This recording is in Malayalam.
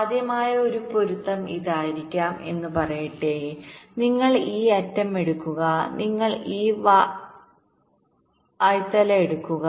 സാധ്യമായ ഒരു പൊരുത്തം ഇതായിരിക്കാം എന്ന് പറയട്ടെ നിങ്ങൾ ഈ അറ്റം എടുക്കുക നിങ്ങൾ ഈ വായ്ത്തല എടുക്കുക